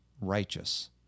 righteous